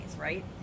right